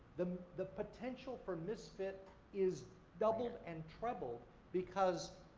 the the potential for misfit is doubled and trebled because